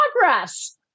progress